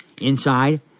Inside